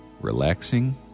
relaxing